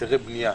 בהיתרי הבנייה,